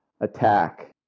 attack